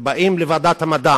ובאים לוועדת המדע